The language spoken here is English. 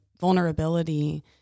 vulnerability